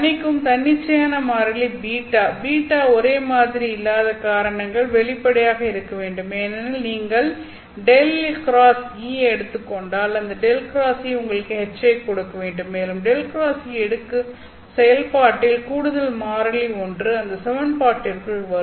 மன்னிக்கவும் தன்னிச்சையான மாறிலி B B ஒரே மாதிரியாக இல்லாத காரணங்கள் வெளிப்படையாக இருக்க வேண்டும் ஏனெனில் நீங்கள் 𝛿 x E ஐ எடுத்துக் கொண்டால் அந்த 𝛿 x E உங்களுக்கு H ஐ கொடுக்க வேண்டும் மேலும் 𝛿 x E எடுக்கும் செயல்பாட்டில் கூடுதல் மாறிலி ஒன்று அந்த சமன்பாட்டிற்குள் வரும்